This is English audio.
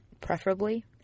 preferably